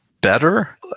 better